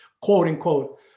quote-unquote